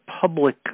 public